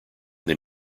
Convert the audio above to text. than